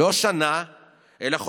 לא שנה אלא חודשיים.